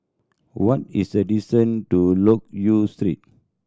what is the distance to Loke Yew Street